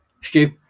Stu